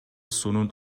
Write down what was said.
суунун